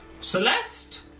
Celeste